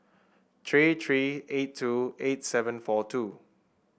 three three eight two eight seven four two